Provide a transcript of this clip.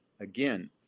again